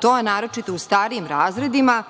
to je naročito u starijim razredima.